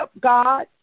God